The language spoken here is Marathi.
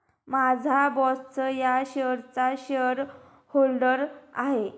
माझा बॉसच या शेअर्सचा शेअरहोल्डर आहे